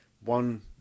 One